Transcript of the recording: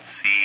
see